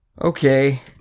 Okay